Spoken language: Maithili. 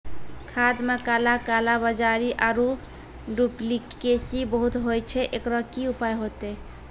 खाद मे काला कालाबाजारी आरु डुप्लीकेसी बहुत होय छैय, एकरो की उपाय होते?